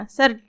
Sir